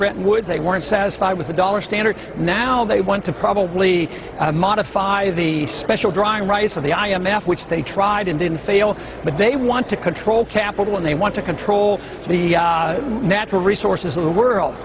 bretton woods they weren't satisfied with the dollar standard now they want to probably modify the special drawing rights of the i m f which they tried and didn't fail but they want to control capital and they want to control the natural resources of the world